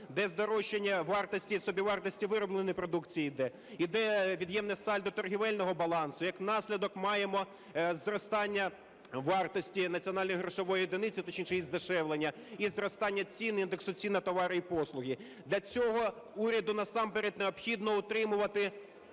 де здорожчання вартості і собівартості виробленої продукції йде. Йде від'ємне сальдо торговельного балансу, як наслідок маємо зростання вартості національної грошової одиниці, точніше її здешевлення, і зростання цін індексу цін на товари і послуги. Для цього уряду насамперед необхідно утримувати